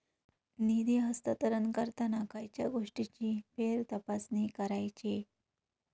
निधी हस्तांतरण करताना खयच्या गोष्टींची फेरतपासणी करायची?